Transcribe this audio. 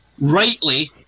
rightly